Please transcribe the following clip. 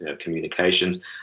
communications